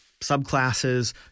subclasses